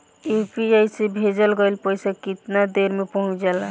UPI से भेजल गईल पईसा कितना देर में पहुंच जाला?